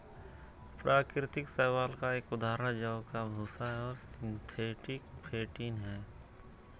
प्राकृतिक शैवाल का एक उदाहरण जौ का भूसा है और सिंथेटिक फेंटिन है